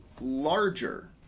larger